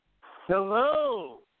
Hello